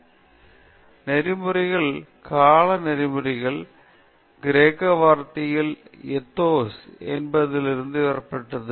எனவே நெறிமுறைகள் கால நெறிமுறைகள் கிரேக்க வார்த்தையான ஏதோஸ் என்பதிலிருந்து பெறப்பட்டது